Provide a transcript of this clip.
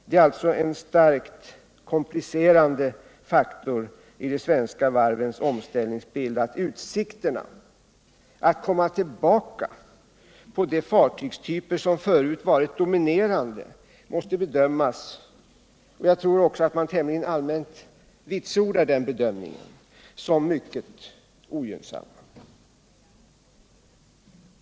Det är alltså en starkt komplicerande faktor i de svenska varvens omställningsbild att utsikterna att komma tillbaka på de fartygstyper som förut varit dominerande måste bedömas — och jag tror att man tämligen allmänt vitsordar den bedömningen — såsom mycket ogynnsamma.